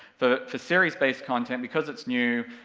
for for series-based content, because it's new,